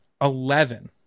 eleven